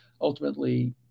ultimately